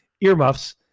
earmuffs